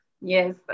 yes